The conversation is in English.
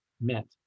meant